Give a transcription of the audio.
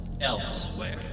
elsewhere